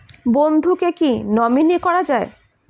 বন্ধুকে কী নমিনি করা যায়?